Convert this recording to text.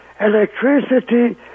electricity